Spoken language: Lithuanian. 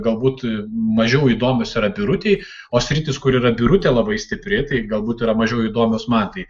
galbūt mažiau įdomios yra birutei o sritis kur yra birutė labai stipri tai galbūt yra mažiau įdomios man tai